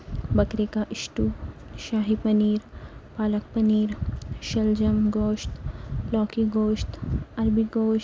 بکرے کا اسٹو شاہی پنیر پالک پنیر شلجم گوشت لوکی گوشت عربی گوشت